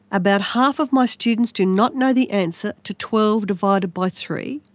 about half of my students do not know the answer to twelve divided by three,